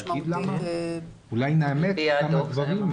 אולי נאמץ כמה דברים.